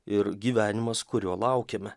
ir gyvenimas kurio laukiame